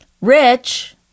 Rich